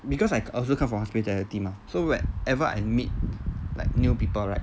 because I also come from hospitality mah so whenever and meet like new people right